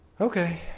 okay